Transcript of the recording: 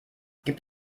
gibt